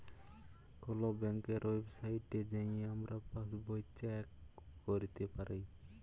call ব্যাংকের ওয়েবসাইটে যাঁয়ে আমরা পাসবই চ্যাক ক্যইরতে পারি